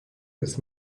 this